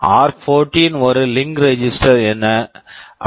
ஆர்14 r14 ஒரு link register link register